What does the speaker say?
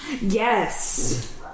Yes